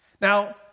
Now